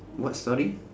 what story